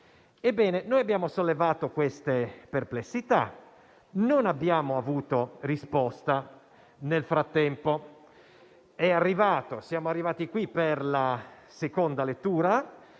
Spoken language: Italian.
Ebbene, noi abbiamo sollevato queste perplessità, ma non abbiamo avuto risposta nel frattempo. Siamo arrivati alla seconda lettura